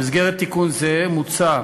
במסגרת תיקון זה, מוצע